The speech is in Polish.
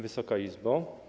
Wysoka Izbo!